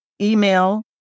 email